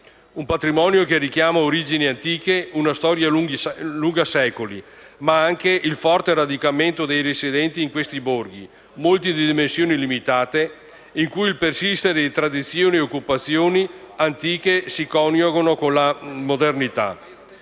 un patrimonio che richiama origini antiche, una storia lunga secoli, ma anche il forte radicamento dei residenti in quei borghi, molti di dimensioni limitate, in cui il persistere di tradizioni e occupazioni antiche si coniuga con la modernità.